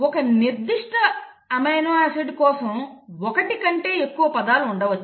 ఒక నిర్దిష్ట అమైనో ఆమ్లం కోసం ఒకటి కంటే ఎక్కువ పదాలు ఉండవచ్చు